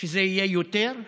שזה יהיה יותר,